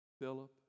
Philip